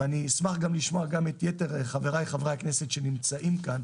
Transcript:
ואשמח לשמוע את יתר חבריי חברי הכנסת שנמצאים כאן,